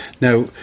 Now